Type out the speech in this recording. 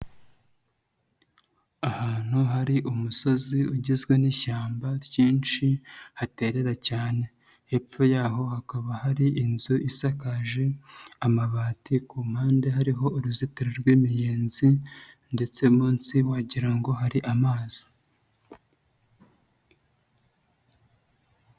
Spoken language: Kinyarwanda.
Ahantu hari umusozi ugizwe n'ishyamba ryinshi, haterera cyane. Hepfo yaho hakaba hari inzu isakaje amabati, ku mpande hariho uruzitiro rw'imiyenzi ndetse munsi wagira ngo hari amazi.